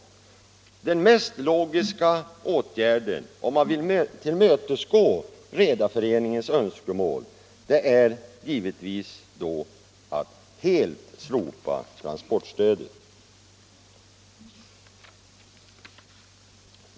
Den mest logiska åtgärden, om man vill tillmötesgå Redarföreningens önskemål, vore givetvis att helt slopa transportstödet.